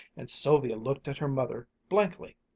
and sylvia looked at her mother blankly.